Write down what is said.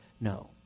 no